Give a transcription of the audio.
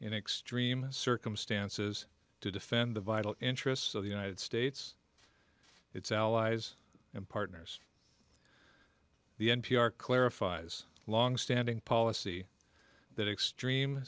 in extremis circumstances to defend the vital interests of the united states its allies and partners the n p r clarifies a longstanding policy that extreme